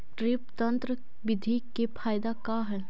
Drip तन्त्र बिधि के फायदा का है?